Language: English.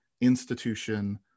institution